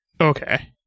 Okay